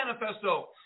manifesto